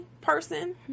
person